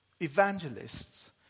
evangelists